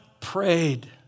prayed